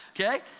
okay